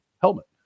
helmet